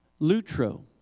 Lutro